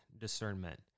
discernment